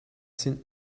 seen